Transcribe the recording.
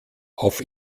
auf